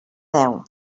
deu